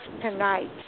tonight